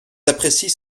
apprécient